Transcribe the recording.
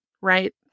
right